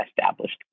established